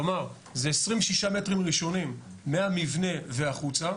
כלומר זה 26 מטרים ראשונים מהמבנה והחוצה,